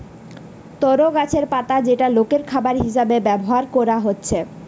তরো গাছের পাতা যেটা লোকের খাবার হিসাবে ব্যভার কোরা হচ্ছে